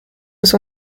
des